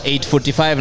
8:45